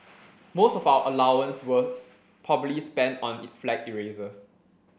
most of our allowance were probably spent on flag erasers